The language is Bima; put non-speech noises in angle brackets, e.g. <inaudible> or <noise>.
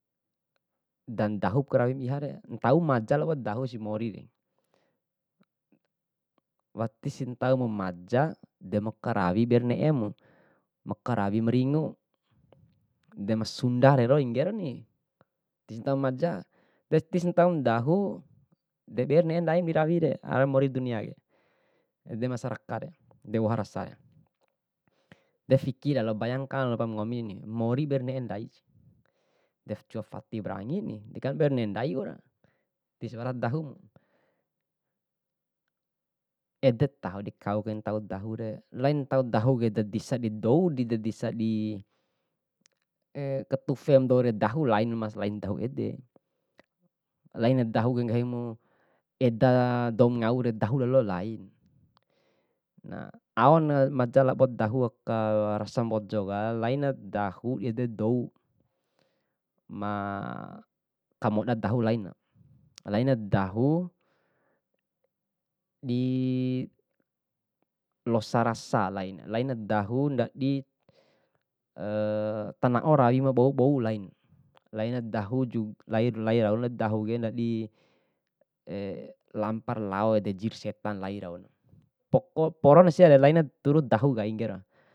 Dan dahuk karawi ma ihare, ntau maja labo dahu si morire, watisi ntaumu maja de makarawi ber ne'emu, makarawi maringu, de masunda rero inge ni, tisi ntau maja. Desi ntaumu dahu de ber ne'e ndai dirawike ara mori duniake, ede masyarakat, ede woha rasare. De fiki lalo, bayangkan ra banggomi, mori ber ne'e ndai, de cua fatipra angini, de kan be ne'e ndai waura, tisi wara dahun. Ede taho dikauke ntau dahure, lain ntau dahuke dadisa di dou, didadisa di <hesitation> katufe <unintelligible> doure dahu, lain masa lain dahu ede, laina dahu kainggahimu eda dou mangau dahu lalo, lain. <hesitation> aon maja labo dahu aka rasa mbojoka laina dahu eda dou makamoda dahu, lain, laina dahu dilosa rasa, lain, laina dahu ndadi <hesitation> tanao rawi ma bou bou, lain. Laina dahu ju, lair lain lalo dahuke ndadi <hesitation> lampara lao ede jir seta, lain raun, po- porona siaka laina turu dahu kaike.